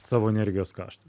savo energijos kaštai